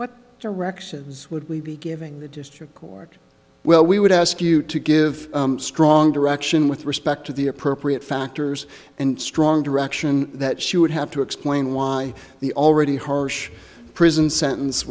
direction would we be giving the district court well we would ask you to give strong direction with respect to the appropriate factors and strong direction that she would have to explain why the already harsh prison sentence